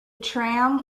tram